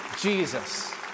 Jesus